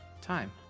time